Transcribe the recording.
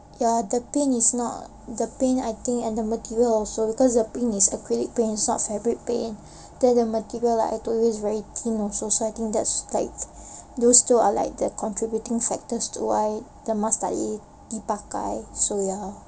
ya the paint is not the paint I think and the material also because the paint is acrylic paint it's not fabric paint then the material like I told you it's very thin also so I think that's like those two are like the contributing factors to why the mask tak boleh dipakai so ya